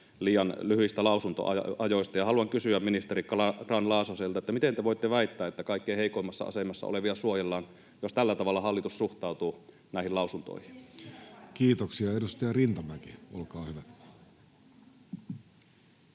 liian lyhyistä lausuntoajoista. Haluan kysyä ministeri Grahn-Laasoselta: miten te voitte väittää, että kaikkein heikoimmassa asemassa olevia suojellaan, jos tällä tavalla hallitus suhtautuu näihin lausuntoihin? [Krista Kiuru: Kun ei edes